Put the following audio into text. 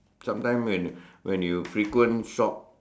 sometime when when you frequent shop